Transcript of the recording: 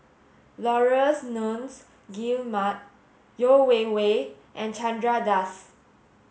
Laurence Nunns Guillemard Yeo Wei Wei and Chandra Das